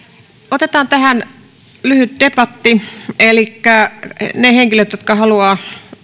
otetaan tähän lyhyt debatti elikkä ne henkilöt jotka haluavat